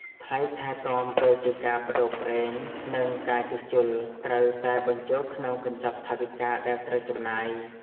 ថ្លៃថែទាំដូចជាការប្តូរប្រេង និងការជួសជុល ត្រូវតែបញ្ចូលក្នុងកញ្ចប់ថវិកាដែលត្រូវចំណាយ។